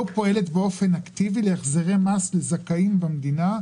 פועלת באופן אקטיבי להחזרי מס לזכאים במדינה,